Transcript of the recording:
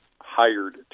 hired